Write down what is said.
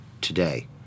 today